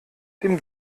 dem